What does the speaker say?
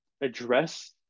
address